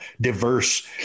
diverse